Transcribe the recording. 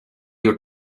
you